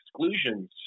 exclusions